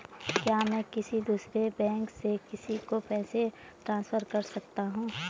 क्या मैं किसी दूसरे बैंक से किसी को पैसे ट्रांसफर कर सकता हूँ?